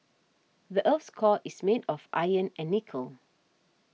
the earth's core is made of iron and nickel